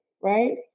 right